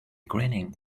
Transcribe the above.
grinning